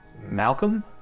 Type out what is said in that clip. Malcolm